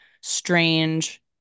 strange